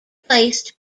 placed